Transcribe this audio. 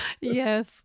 Yes